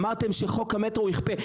אמרתם שחוק המטרה יכפה,